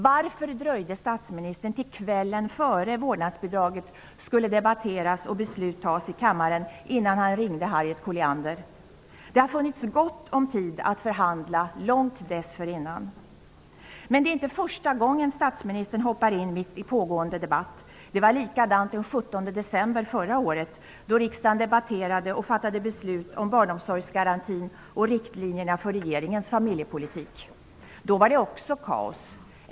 Varför dröjde statsministern till kvällen innan vårdnadsbidraget skulle debatteras och beslut tas i kammaren med att ringa Harriet Colliander? Det har funnits gott om tid att förhandla långt dessförinnan. Men det är inte första gången statsministern hoppar in mitt i pågående debatt. Det var likadant den 17 december förra året, då riksdagen debatterade och fattade beslut om barnomsorgsgarantin och riktlinjerna för regeringens familjepolitik. Då var det också kaos.